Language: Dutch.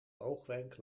oogwenk